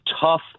tough